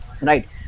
right